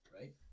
right